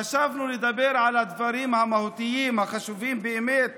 חשבנו לדבר על הדברים המהותיים החשובים באמת